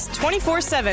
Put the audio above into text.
24-7